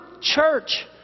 church